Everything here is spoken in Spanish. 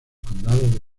condado